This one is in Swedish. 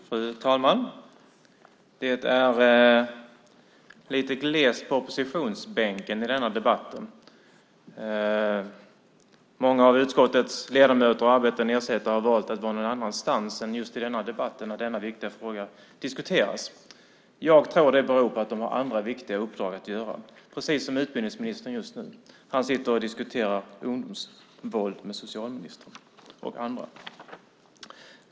Fru talman! Det är lite glest på oppositionsbänken i denna debatt. Många av utskottets ledamöter har valt att vara någon annanstans än just här i denna debatt när denna viktiga fråga diskuteras. Jag tror att det beror på att de har andra viktiga uppdrag att göra, precis som utbildningsministern just nu. Han sitter och diskuterar ungdomsvåld med socialministern och andra.